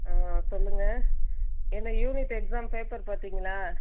ஆ சொல்லுங்கள் ஏங்க unit exam paper பார்த்திங்களா